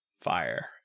fire